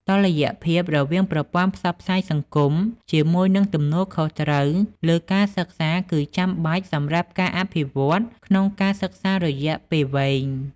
តុល្យភាពរវាងប្រព័ន្ធផ្សព្វផ្សាយសង្គមជាមួយនឹងទំនួលខុសត្រូវលើការសិក្សាគឺចាំបាច់សម្រាប់ការអភិវឌ្ឍន៍ក្នុងការសិក្សារយៈពេលវែង។